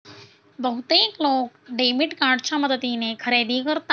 बहुतेक लोक डेबिट कार्डच्या मदतीने खरेदी करतात